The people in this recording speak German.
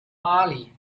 mali